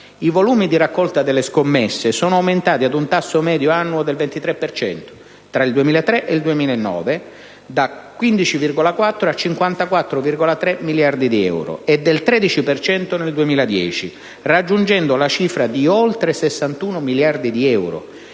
I volumi di raccolta delle scommesse sono aumentati ad un tasso medio annuo del 23 per cento tra il 2003 e il 2009, passando da 15,4 a 54,3 miliardi di euro, e del 13 per cento nel 2010, raggiungendo la cifra di oltre 61 miliardi di euro,